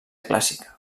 clàssica